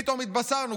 פתאום התבשרנו,